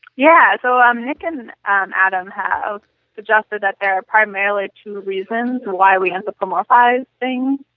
yeah, so um nick and and um adam have suggested that they are primarily two reasons why we anthropomorphize things.